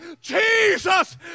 Jesus